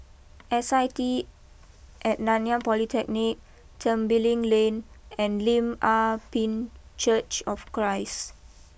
S I T at Nanyang Polytechnic Tembeling Lane and Lim Ah Pin Church of Christ